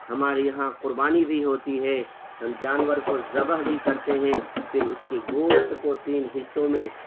ہمارے یہاں قربانی بھی ہوتی ہے ہم جانور کو ذبح بھی کرتے ہیں پھر اس کے گوشت کو تین حصوں میں